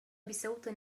بصوت